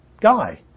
guy